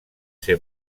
ser